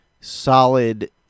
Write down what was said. solid